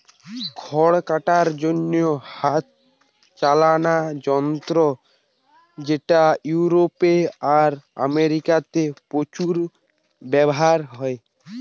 খড় কাটার জন্যে হাতে চালানা যন্ত্র যেটা ইউরোপে আর আমেরিকাতে প্রচুর ব্যাভার হয়